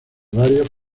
varios